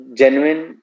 genuine